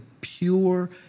pure